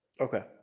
Okay